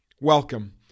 Welcome